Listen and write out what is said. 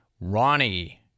Ronnie